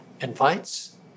invites